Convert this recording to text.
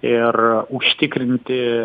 ir užtikrinti